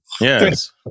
Yes